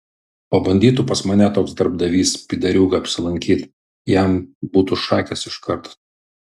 pabandytų pas mane toks darbdavys pydariūga apsilankyt jam būtų šakės iškart